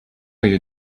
you